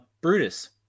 Brutus